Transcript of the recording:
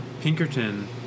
Pinkerton